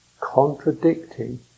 contradicting